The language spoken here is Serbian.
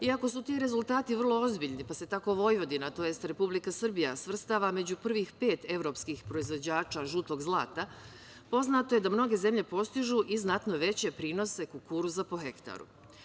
Iako su ti rezultati vrlo ozbiljni, pa se tako Vojvodina, tj. Republike Srbija svrstava među prvih pet evropskih proizvođača žutog zlata, poznato je da mnoge zemlje postižu i znatno veće prinose kukuruza po hektaru.